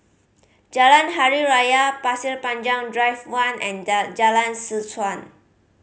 Jalan Hari Raya Pasir Panjang Drive One and Jalan Seh Chuan